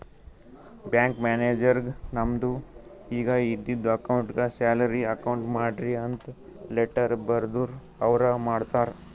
bank ಮ್ಯಾನೇಜರ್ಗ್ ನಮ್ದು ಈಗ ಇದ್ದಿದು ಅಕೌಂಟ್ಗ್ ಸ್ಯಾಲರಿ ಅಕೌಂಟ್ ಮಾಡ್ರಿ ಅಂತ್ ಲೆಟ್ಟರ್ ಬರ್ದುರ್ ಅವ್ರ ಮಾಡ್ತಾರ್